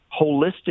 holistic